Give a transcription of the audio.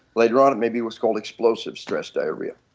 later one it may be what's called explosive stress diarrhea.